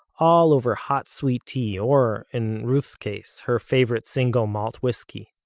all over hot, sweet tea, or, in ruth's case, her favorite single-malt whiskey.